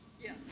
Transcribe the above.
Yes